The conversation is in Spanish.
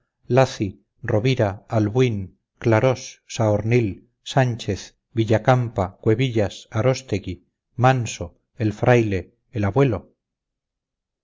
lacy rovira albuín clarós saornil sánchez villacampa cuevillas aróstegui manso el fraile el abuelo